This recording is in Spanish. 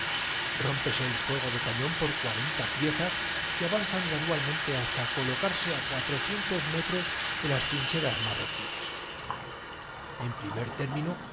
rómpese el fuego de cañón cargan porque serán sabiosargüía la mari por cuarenta piezas que avanzan gradualmente hasta tornes no desperdiciando ocasión de zaherir á su vic colocarse á cuatrocientos metros de las trincheras ma tima rroquíes qué es eso huyen en primer término